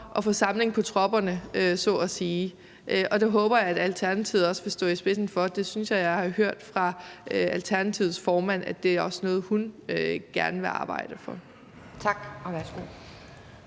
at få samling på tropperne, så at sige. Og det håber jeg at Alternativet vil stå i spidsen for – det synes jeg at jeg har hørt fra Alternativets formand også er noget, hun gerne vil arbejde for. Kl.